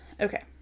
okay